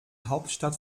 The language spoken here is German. hauptstadt